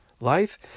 Life